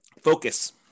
Focus